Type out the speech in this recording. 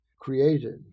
created